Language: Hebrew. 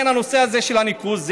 הנושא הזה של הניקוז,